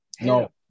No